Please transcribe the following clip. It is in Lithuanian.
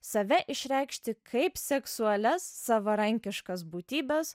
save išreikšti kaip seksualias savarankiškas būtybes